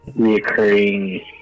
reoccurring